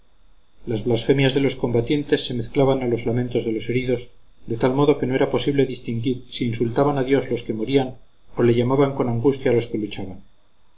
las blasfemias de los combatientes se mezclaban a los lamentos de los heridos de tal modo que no era posible distinguir si insultaban a dios los que morían o le llamaban con angustia los